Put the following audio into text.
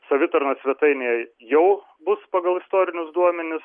savitarnos svetainėje jau bus pagal istorinius duomenis